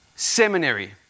seminary